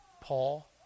Paul